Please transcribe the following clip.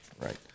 right